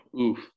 Oof